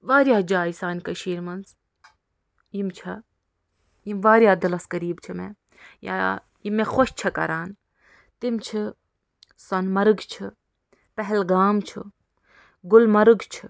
واریاہ جایہِ سانہِ کٔشیٖرِ منٛز یِم چھےٚ یِم واریاہ دِلَس قریٖب چھِ مےٚ یا یِم مےٚ خۄش چھِ کران تِمۍ چھِ سۄنہٕ مرگ چھِ پہلگام چھِ گُلمرگ چھِ